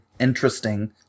interesting